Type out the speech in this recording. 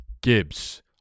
Gibbs